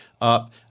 Up